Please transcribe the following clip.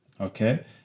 okay